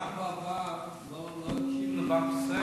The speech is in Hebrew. גם בעבר לא הקשיבו לבנק ישראל.